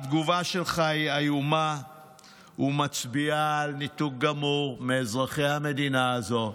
התגובה שלך היא איומה ומצביעה על ניתוק גמור מאזרחי המדינה הזו,